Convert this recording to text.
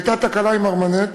הייתה תקלה עם "מרמנת",